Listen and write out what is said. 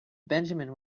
benjamin